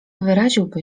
wyraziłby